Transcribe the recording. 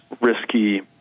risky